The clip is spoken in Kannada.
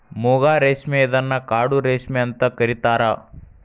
ಮೂಗಾ ರೇಶ್ಮೆ ಇದನ್ನ ಕಾಡು ರೇಶ್ಮೆ ಅಂತ ಕರಿತಾರಾ